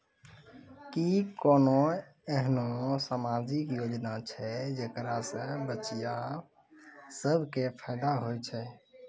कि कोनो एहनो समाजिक योजना छै जेकरा से बचिया सभ के फायदा होय छै?